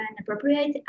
appropriate